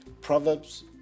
proverbs